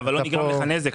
אבל לא נגרם לך נזק.